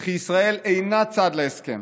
וכי ישראל אינה צד להסכם.